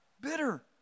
Bitter